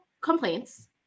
complaints